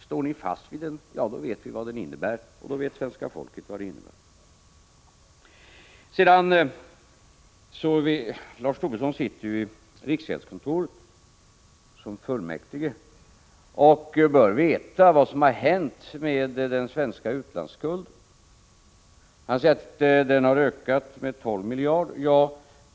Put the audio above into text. Står ni fast vid er politik vet svenska folket vad den innebär. Lars Tobisson är ju fullmäktig i riksgäldskontoret och bör därför veta vad som har hänt med den svenska utlandsskulden. Han sade att utlandsskulden har ökat med 12 miljarder kronor.